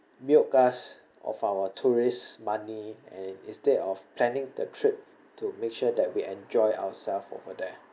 milk us of our tourist money and instead of planning the trip to make sure that we enjoy ourself over there